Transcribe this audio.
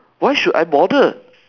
why should I bother